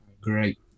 great